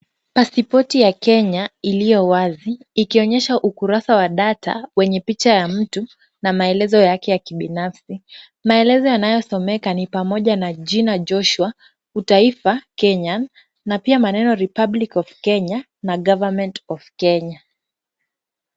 Pasipoti ya Kenya iliyowazi, ikionyesha ukurasa wa data wenye picha ya mtu na maelezo yake ya kibinafsi. Maelezo yanayosomeka ni pamoja na jina Joshua, taifa Kenya na pia maneno Republic of Kenya na Government of Kenya .